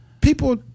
people